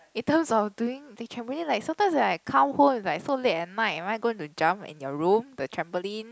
in terms of doing the trampoline like sometimes when I come home it's like so late at night am I gonna jump in your room the trampoline